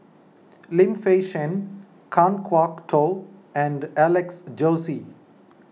Lim Fei Shen Kan Kwok Toh and Alex Josey